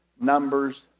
numbers